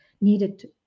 needed